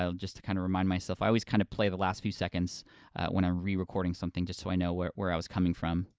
just kind of remind myself, i always kind of play the last few seconds when i'm re-recording something just so i know where where i was coming from,